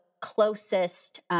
closest